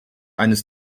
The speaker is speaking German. eines